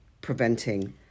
preventing